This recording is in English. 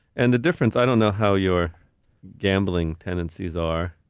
and the difference, i don't know how your gambling tendencies are,